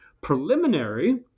preliminary